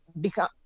become